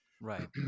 Right